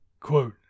Quote